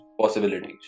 possibilities